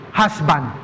husband